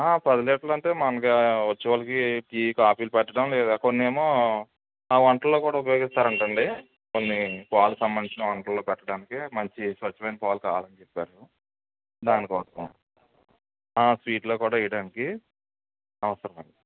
పది లీటర్లు అంటే మనకు వచ్చే వాళ్ళకి టీ కాఫీలు పెట్టడం లేదా కొన్ని ఏమో వంటలలో కూడా ఉపయోగిస్తారు అంటండి కొన్ని పాలు సంబంధించిన వంటలలో పెట్టడానికి మంచి స్వచ్ఛమైన పాలు కావాలని చెప్పారు దానికోసం స్వీట్లో కూడా వేయడానికి అవసరం అండి